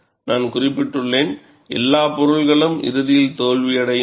நான் குறிப்பிட்டுள்ளேன் எல்லா பொருள்களும் இறுதியில் தோல்வியடையும்